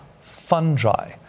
fungi